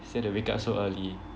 still need to wake up so early